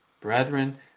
Brethren